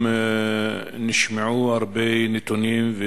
נשמעו שם הרבה נתונים,